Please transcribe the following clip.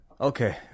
okay